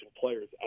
players